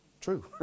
True